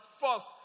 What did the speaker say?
first